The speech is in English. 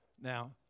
Now